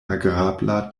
agrabla